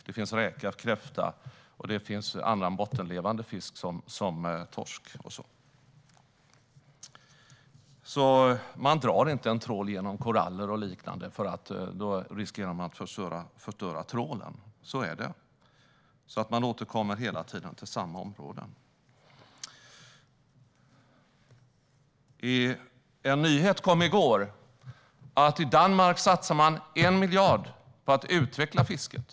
Det finns räka och kräfta. Och det finns bottenlevande fisk, som torsk. Man drar inte en trål genom koraller och liknande, för då riskerar man att förstöra trålen - så är det. Man återkommer hela tiden till samma område. Det kom en nyhet i går. I Danmark satsar man 1 miljard på att utveckla fisket.